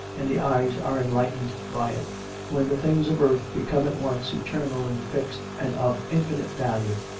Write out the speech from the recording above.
and the eyes are enlightened by it when the things of earth become at once eternal and fixed and of infinite value,